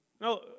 No